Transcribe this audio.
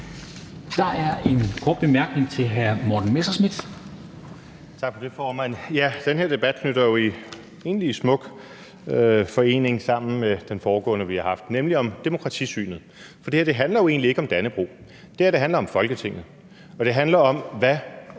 hr. Morten Messerschmidt. Kl. 14:29 Morten Messerschmidt (DF): Tak for det, formand. Ja, den her debat knytter jo i rimelig smuk forening an til det foregående, vi har haft, nemlig om demokratisynet. For det her handler jo egentlig ikke om Dannebrog; det her handler om Folketinget. Det handler om, hvad